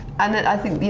and, i think,